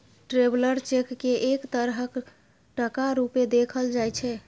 traveller cheque केँ एक तरहक टका रुपेँ देखल जाइ छै